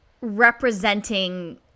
representing